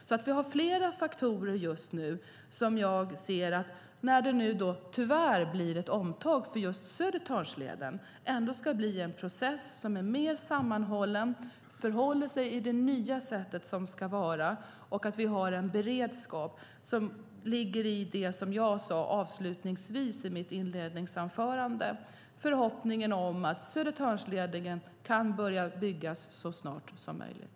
När det nu tyvärr blir ett omtag för Södertörnsleden har vi flera faktorer som pekar mot att det ändå blir en mer sammanhållen process i enlighet med det nya sättet och att vi har en beredskap. Som jag sade avslutningsvis i mitt inledningsanförande är förhoppningen att Södertörnsleden kan börja byggas så snart som möjligt.